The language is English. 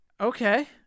Okay